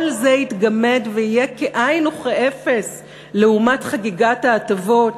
כל זה יתגמד ויהיה כאין וכאפס לעומת חגיגת ההטבות